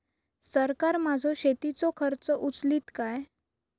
सरकार माझो शेतीचो खर्च उचलीत काय?